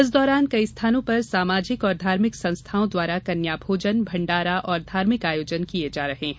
इस दौरान कई स्थानों पर सामाजिक और धार्मिक संस्थाओं द्वारा कन्या भोजन भंडारा और धार्मिक आयोजन किये जा रहे हैं